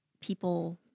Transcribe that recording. people